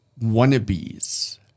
wannabes